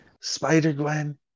Spider-Gwen